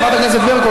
חברת הכנסת ברקו,